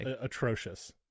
atrocious